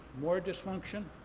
more dysfunction?